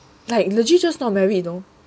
like legit just not marry you know